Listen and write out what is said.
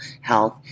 health